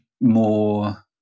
more